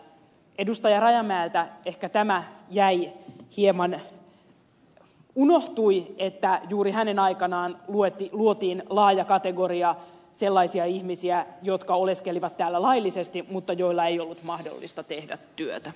rajamäeltä ehkä tämä unohtui hieman että juuri hänen aikanaan luotiin laaja kategoria sellaisia ihmisiä jotka oleskelivat täällä laillisesti mutta joilla ei ollut mahdollista tehdä työtä